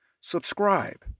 subscribe